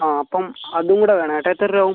ആ അപ്പം അതും കൂടെ വേണെ യേട്ടാ എത്ര രൂപയാവും